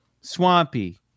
Swampy